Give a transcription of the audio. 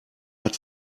hat